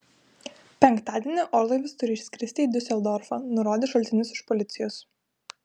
penktadienį orlaivis turi išskristi į diuseldorfą nurodė šaltinis iš policijos